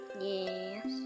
Yes